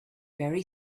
very